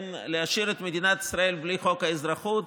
להשאיר את מדינת ישראל בלי חוק האזרחות,